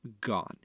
gone